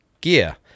gear